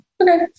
okay